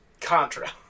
Contra